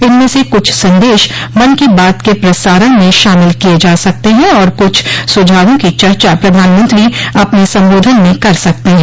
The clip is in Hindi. इनमें से कुछ संदेश मन की बात के प्रसारण में शामिल किए जा सकते हैं और कुछ सुझावों की चर्चा प्रधानमंत्री अपने संबोधन में कर सकते हैं